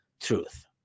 truth